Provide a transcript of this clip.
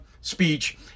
speech